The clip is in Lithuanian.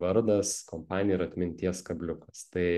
vardas kompanija ir atminties kabliukas tai